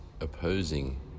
opposing